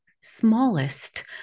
smallest